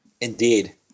indeed